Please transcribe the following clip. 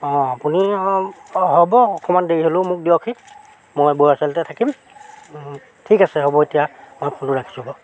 অঁ আপুনি আৰু হ'ব অকণমান দেৰি হ'লেও মোক দিয়কহি মই বৰুৱা চাৰিআলিতে থাকিম ঠিক আছে হ'ব এতিয়া মই ফোনটো ৰাখিছোঁ বাৰু